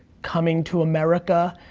coming to america,